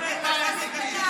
הבוסית אמרה לרדת.